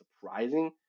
surprising